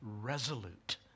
resolute